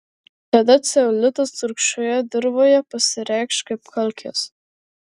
tada ceolitas rūgščioje dirvoje pasireikš kaip kalkės